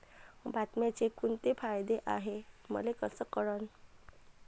बिम्याचे कुंते फायदे हाय मले कस कळन?